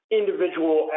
individual